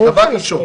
זה דבר ראשון.